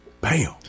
Bam